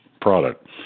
product